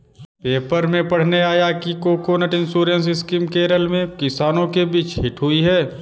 paper में पढ़ने आया कि कोकोनट इंश्योरेंस स्कीम केरल में किसानों के बीच हिट हुई है